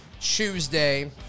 Tuesday